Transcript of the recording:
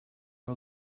her